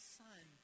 son